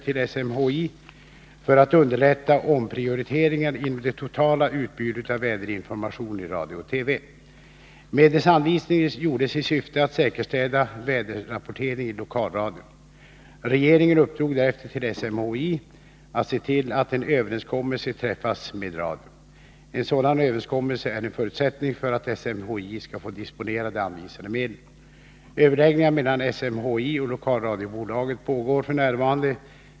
till SMHI för att underlätta omprioriteringar inom det totala utbudet av väderinformation i radio och TV. Medelsanvisningen gjordes i syfte att säkerställa väderrapporteringen i lokalradion. Regeringen uppdrog därefter till SMHI att se till att en överenskommelse träffas med radion. En sådan överenskommelse är en förutsättning för att SMHI skall få disponera de anvisade medlen. Överläggningen mellan SMHI och lokalradiobolaget pågår f. n.